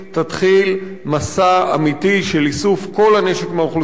תתחיל מסע אמיתי של איסוף כל הנשק מהאוכלוסייה